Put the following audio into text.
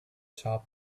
sharp